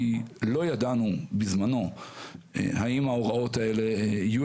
כי לא ידענו בזמנו האם ההוראות האלה יהיו